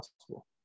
possible